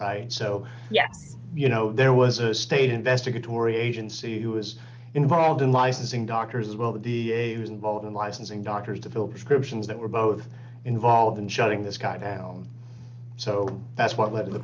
rated so yes you know there was a state investigatory agency who was involved in licensing doctors as well the dea was involved in licensing doctors to fill prescriptions that were both involved in shutting this guy down so that's what led to the